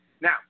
Now